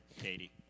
Katie